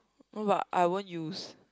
no but I won't use